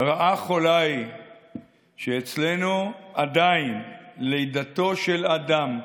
רעה חולה היא שאצלנו עדיין לידתו של אדם,